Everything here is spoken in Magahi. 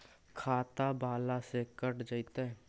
खाता बाला से कट जयतैय?